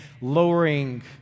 lowering